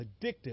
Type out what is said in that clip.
addictive